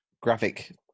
graphic